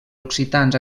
occitans